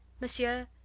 Monsieur-